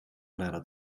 nadat